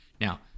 Now